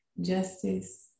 justice